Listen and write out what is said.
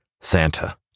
Santa